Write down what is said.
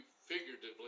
figuratively